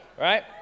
right